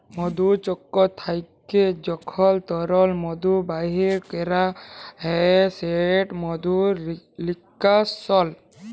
মধুচক্কর থ্যাইকে যখল তরল মধু বাইর ক্যরা হ্যয় সেট মধু লিস্কাশল